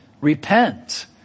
repent